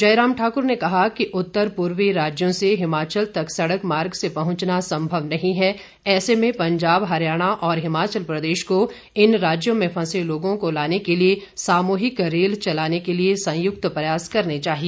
जयराम ठाक्र ने कहा कि उत्तरी पूर्वी राज्यों से हिमाचल तक सड़क मार्ग से पहुंचना संभव नहीं है ऐसे में पंजाब हरियाणा और हिमाचल प्रदेश को इन राज्यों में फंसे लोगों को लाने के लिए सामूहिक रेल चलाने के लिए संयुक्त प्रयास करने चाहिए